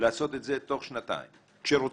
לעשות את זה תוך שנתיים כשרוצים,